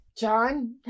John